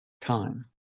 time